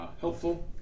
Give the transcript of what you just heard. helpful